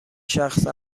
شخص